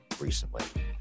recently